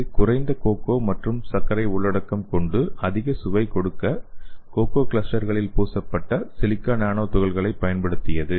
இது குறைந்த கோகோ மற்றும் சர்க்கரை உள்ளடக்கம் கொண்டு அதிக சுவை கொடுக்க கோகோ கிளஸ்டர்களில் பூசப்பட்ட சிலிக்கா நானோ துகள்களைப் பயன்படுத்தியது